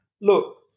Look